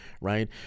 right